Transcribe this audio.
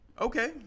Okay